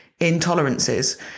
intolerances